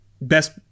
best